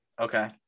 Okay